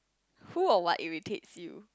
who or what irritates you